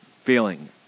feeling